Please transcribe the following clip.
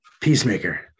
Peacemaker